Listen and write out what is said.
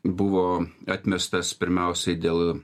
buvo atmestas pirmiausiai dėl